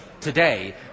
today